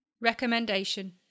Recommendation